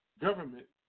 government